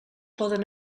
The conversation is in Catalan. poden